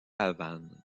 havane